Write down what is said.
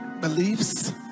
beliefs